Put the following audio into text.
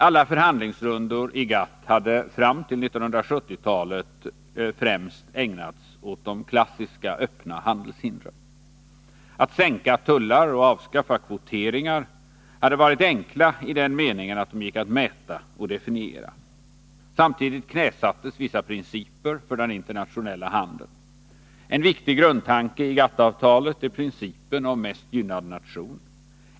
Alla förhandlingsrundor i GATT hade fram till 1970-talet främst ägnats åt de klassiska öppna handelshindren. Att sänka tullar och avskaffa kvoteringar hade varit enkelt i den betydelsen att de gick att mäta och definiera. Samtidigt knäsattes vissa principer för den internationella handeln. En viktig grundtanke i GATT-avtalet är principen om mest gynnad nation.